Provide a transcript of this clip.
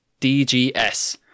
DGS